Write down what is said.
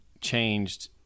changed